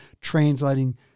translating